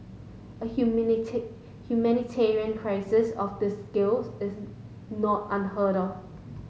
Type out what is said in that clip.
a humanity humanitarian crisis of this scales is not unheard of